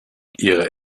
ihre